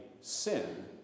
sin